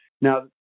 Now